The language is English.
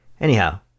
Anyhow